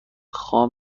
خام